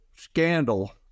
scandal